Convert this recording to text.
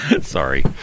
Sorry